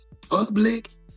public